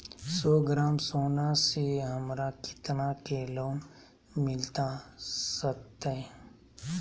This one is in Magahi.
सौ ग्राम सोना से हमरा कितना के लोन मिलता सकतैय?